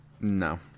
No